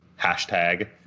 hashtag